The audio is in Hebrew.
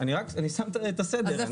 אני שם את הסדר.